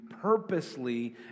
purposely